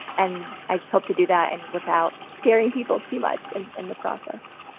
and i just hope to do that and without scaring people too much and in the process.